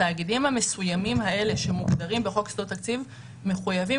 התאגידים המסוימים האלה שמוגדרים בחוק יסודות התקציב מחויבים